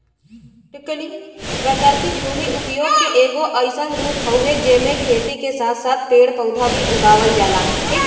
वैकल्पिक भूमि उपयोग के एगो अइसन रूप हउवे जेमे खेती के साथ साथ पेड़ पौधा भी उगावल जाला